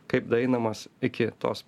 kaip daeinamas iki tos